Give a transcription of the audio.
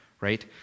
right